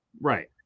Right